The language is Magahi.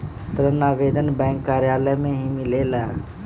ऋण आवेदन बैंक कार्यालय मे ही मिलेला?